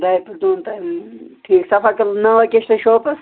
دہہِ پٮ۪ٹھ دوٚن تام ٹھیٖک صفا قٔدٕلہٕ ناو کیٛاہ چھُ تُہۍ ناو کیٛاہ چھُ تُہۍ شاپَس